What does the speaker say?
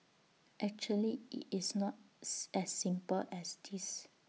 actually IT is not as simple as this